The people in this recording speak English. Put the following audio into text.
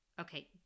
Okay